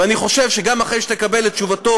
ואני חושב שגם אחרי שתקבל את תשובתו